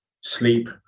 sleep